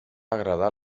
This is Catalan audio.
agradar